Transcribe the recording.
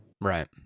Right